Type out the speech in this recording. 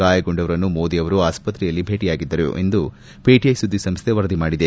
ಗಾಯಗೊಂಡವರನ್ನು ಮೋದಿ ಅವರು ಆಸ್ಪತ್ರೆಯಲ್ಲಿ ಭೇಟಿಯಾಗಿದ್ದರು ಎಂದು ಪಿಟಿಐ ಸುದ್ದಿಸಂಸ್ಥೆ ವರದಿ ಮಾಡಿದೆ